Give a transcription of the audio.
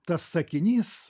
tas sakinys